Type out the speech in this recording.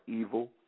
evil